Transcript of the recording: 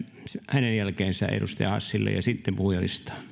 hänen jälkeensä edustaja hassille ja sitten puhujalistaan